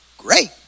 great